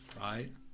Right